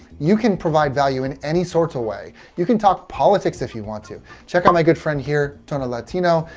you can provide value in any sort of way. you can talk politics if you want to check out my good friend here tono latino.